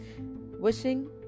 wishing